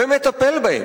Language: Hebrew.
ומטפל בהם.